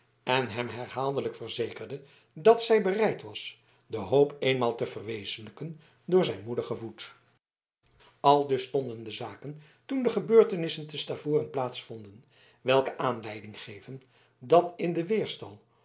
en hem herhaaldelijk verzekerde dat zij bereid was de hoop eenmaal te verwezenlijken door zijn moeder gevoed aldus stonden de zaken toen de gebeurtenissen te stavoren plaats vonden welke aanleiding gaven dat in den weerstal